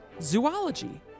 zoology